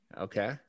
Okay